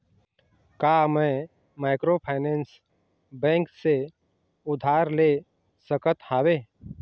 का मैं microfinance bank से उधार ले सकत हावे?